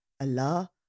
Allah